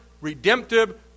redemptive